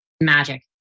Magic